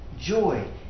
joy